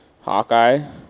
Hawkeye